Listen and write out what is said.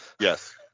Yes